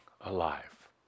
alive